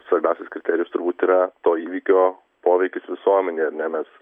svarbiausias kriterijus turbūt yra to įvykio poveikis visuomenei ar ne mes